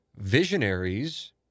visionaries